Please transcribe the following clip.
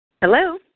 Hello